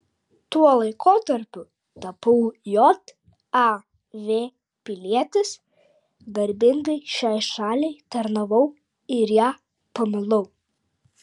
tuo laikotarpiu tapau jav pilietis garbingai šiai šaliai tarnavau ir ją pamilau